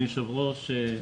אדוני יושב-ראש הוועדה,